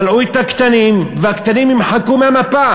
בלעו את הקטנים והקטנים נמחקו מהמפה.